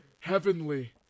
heavenly